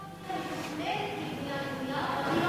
אבל אם הבנייה מתוכננת כבנייה רוויה אבל היא לא